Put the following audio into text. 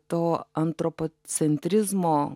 to antropocentrizmo